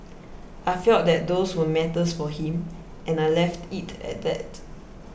I felt that those were matters for him and I left it at that